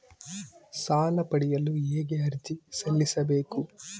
ಸಾಲ ಪಡೆಯಲು ಹೇಗೆ ಅರ್ಜಿ ಸಲ್ಲಿಸಬೇಕು?